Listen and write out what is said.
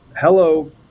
hello